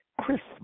Christmas